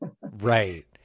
right